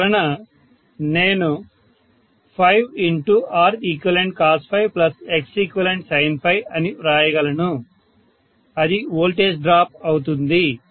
అందువలన నేను 5ReqcosXeqsinఅని వ్రాయగలను అది వోల్టేజ్ డ్రాప్ అవుతుంది